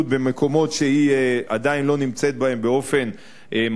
במקומות שהיא עדיין לא נמצאת בהם מספיק,